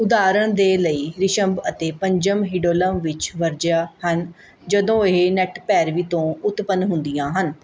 ਉਦਾਹਰਣ ਦੇ ਲਈ ਰਿਸ਼ੰਭ ਅਤੇ ਪੰਚਮ ਹਿਡੋਲਮ ਵਿੱਚ ਵਰਜਿਆ ਹਨ ਜਦੋਂ ਇਹ ਨਟਭੈਰਵੀ ਤੋਂ ਉਤਪੰਨ ਹੁੰਦੀਆਂ ਹਨ